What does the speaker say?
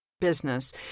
business